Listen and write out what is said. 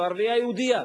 או ערבייה יהודייה,